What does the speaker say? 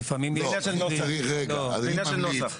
רגע, אני ממליץ.